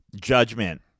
judgment